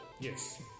Yes